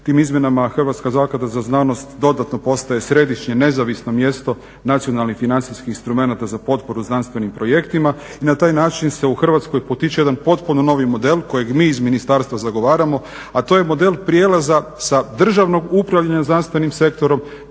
Tim izmjenama hrvatska zaklada za znanost dodatno postaje središnje nezavisno mjesto nacionalnih financijskih instrumenata za potporu znanstvenim projektima i na taj način se u Hrvatskoj potiče jedan potpuno novi model kojeg mi iz ministarstva zagovaramo a to je model prijelaza sa državnog upravljanja znanstvenim sektorom